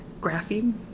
Graphene